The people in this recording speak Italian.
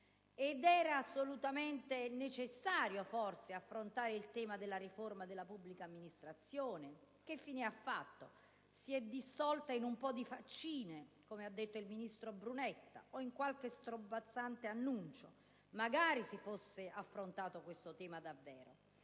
Era assolutamente necessario, forse, affrontare il tema della riforma della pubblica amministrazione, ma che fine ha fatto? Si è dissolta in un po' di "faccine", come ha detto il ministro Brunetta, o in qualche strombazzante annuncio. Magari si fosse davvero affrontato questo tema! Era